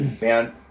man—